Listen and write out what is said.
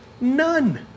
None